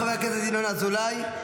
חבר הכנסת ינון אזולאי,